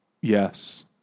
yes